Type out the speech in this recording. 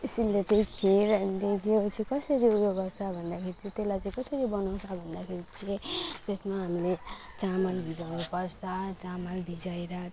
ए सेलरोटी खिर अनि त्यो चाहिँ उयो चाहिँ कसरी उयो गर्छ भन्दाखेरि त्यसलाई चाहिँ कसरी बनाउँछ भन्दाखेरि चाहिँ त्यसमा हामीले चामल भिजाउनुपर्छ चामल भिजाएर